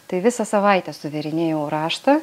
tai visą savaitę suvėrinėjau raštą